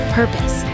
purpose